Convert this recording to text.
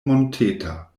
monteta